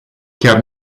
chiar